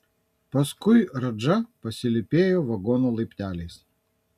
paskui radža pasilypėjo vagono laipteliais